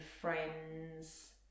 friends